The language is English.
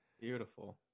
Beautiful